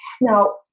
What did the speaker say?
Now